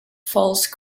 false